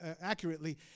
accurately